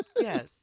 Yes